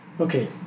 Okay